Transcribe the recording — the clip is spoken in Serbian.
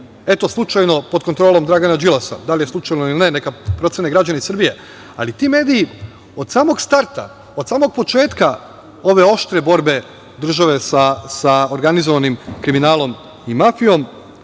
eto, slučajno pod kontrolom Dragana Đilasa, da li je slučajno ili ne, neka procene građani Srbije, ali ti mediji od samog starta, od samog početka ove oštre borbe države sa organizovanim kriminalom i mafijom